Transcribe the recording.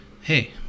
Hey